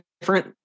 different